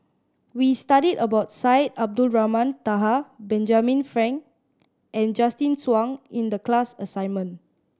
we studied about Syed Abdulrahman Taha Benjamin Frank and Justin Zhuang in the class assignment